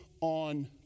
on